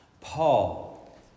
Paul